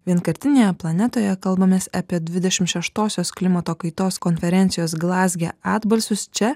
vienkartinė planetoje kalbamės apie dvidešimt šeštosios klimato kaitos konferencijos glazge atbalsius čia